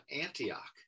Antioch